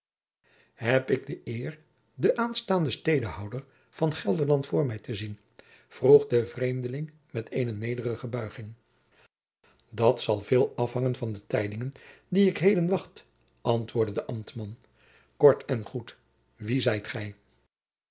heb ik de eer den aanstaanden stedehouder van gelderland voor mij te zien vroeg de vreemdeling met eene nederige buiging dat zal veel afhangen van de tijdingen die ik heden wacht antwoordde de ambtman kort en goed wie zijt gij